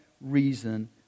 reason